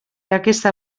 aquesta